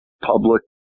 public